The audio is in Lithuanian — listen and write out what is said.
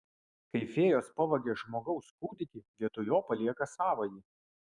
kai fėjos pavagia žmogaus kūdikį vietoj jo palieka savąjį